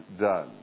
done